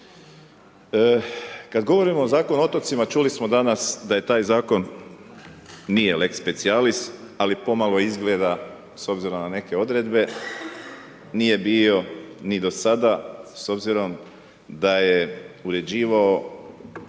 Kad govorimo o Zakonu o otocima, čuli smo danas da je taj Zakon nije lex-specialis ali pomalo izgleda, s obzirom na neke odredbe. Nije bio ni do sada, s obzirom da je uređivao